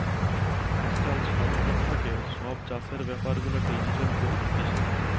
আজকাল সরকার থাকে সব চাষের বেপার গুলা ডিজিটাল করি দিতেছে